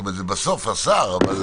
זאת אומרת שזה בסוף השר, אבל